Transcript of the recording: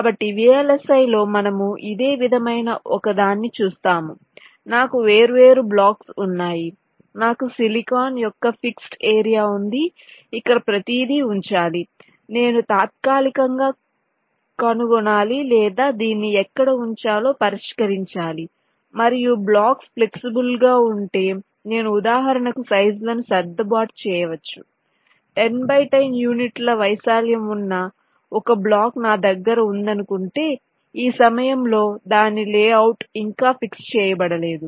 కాబట్టి VLSI లో మనము ఇదే విధమైన ఒక దాన్ని చూస్తాము నాకు వేర్వేరు బ్లాక్స్ ఉన్నాయి నాకు సిలికాన్ యొక్క ఫిక్స్డ్ ఏరియా ఉంది ఇక్కడ ప్రతిదీ ఉంచాలి నేను తాత్కాలికంగా కనుగొనాలి లేదా దీన్ని ఎక్కడ ఉంచాలో పరిష్కరించాలి మరియు బ్లాక్స్ ఫ్లెక్సిబుల్ గా ఉంటే నేను ఉదాహరణకు సైజ్ లను సర్దుబాటు చేయవచ్చు10 బై 10 యూనిట్ల వైశాల్యం ఉన్న ఒక బ్లాక్ నా దగ్గర ఉందనుకుంటే ఈ సమయం లో దాని లేఔట్ ఇంకా ఫిక్స్ చేయబడలేదు